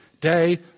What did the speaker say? day